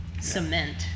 cement